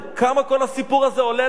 כמה כל הסיפור זה עולה לנו?